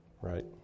Right